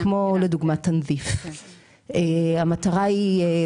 מכיוון שכל הטמעת הלקחים הזאת לא תהיה,